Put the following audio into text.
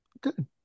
good